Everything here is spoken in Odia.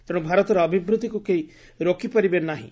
ତେଣ୍ର ଭାରତର ଅଭିବୃଦ୍ଧିକ୍ କେହି ରୋକିପାରିବେ ନାହିଁ